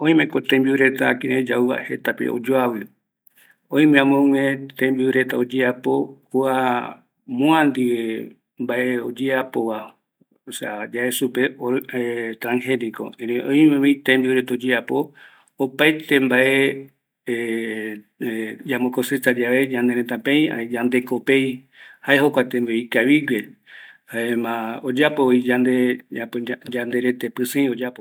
Oimeko tembiureta yauva jetape oyoavɨ, oime amogue tembiu reta oyeapo moa ndiveva, yae supe trangenico, erei oime tenbiu reta oyeapo yande ˂hesitation˃ yambo cosecha ñanereta peiva, jae jokua tembiu ikavigue, oyapo yande